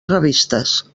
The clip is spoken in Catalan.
revistes